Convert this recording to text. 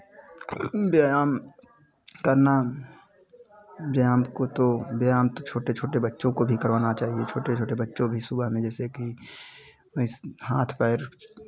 व्यायाम करना व्यायाम को तो व्यायाम तो छोटे छोटे बच्चों को भी करवाना चाहिए छोटे छोटे बच्चों भी सुबह में जैसे कि हाथ पैर